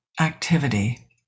activity